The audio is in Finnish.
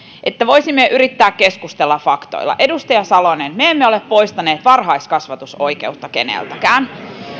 että voisimme yrittää keskustella faktoilla edustaja salonen me emme ole poistaneet varhaiskasvatusoikeutta keneltäkään